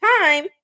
time